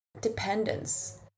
dependence